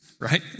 Right